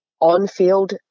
on-field